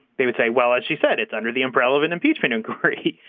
they would say well as she said it's under the umbrella of an impeachment inquiry.